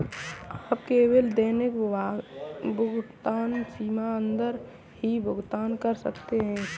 आप केवल दैनिक भुगतान सीमा के अंदर ही भुगतान कर सकते है